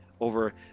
over